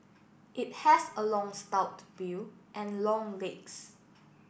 it has a long stout bill and long legs